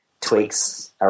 tweaks